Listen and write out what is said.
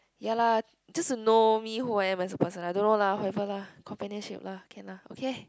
ya lah just to know who I am as a person I don't know lah whoever lah companionship lah can lah okay